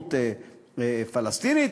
ריבונות פלסטינית,